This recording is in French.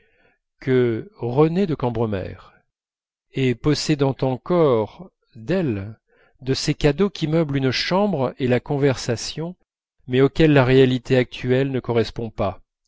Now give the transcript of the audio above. que renée de cambremer et possédant encore d'elle de ces cadeaux qui meublent une chambre et la conversation mais auxquels la réalité actuelle ne correspond pas